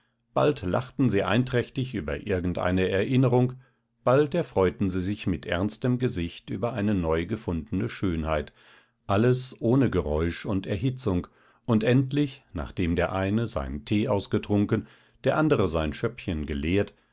bald lachten sie einträchtig über irgendeine erinnerung bald erfreuten sie sich mit ernstem gesicht über eine neugefundene schönheit alles ohne geräusch und erhitzung und endlich nachdem der eine seinen tee ausgetrunken der andere sein schöppchen geleert